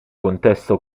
contesto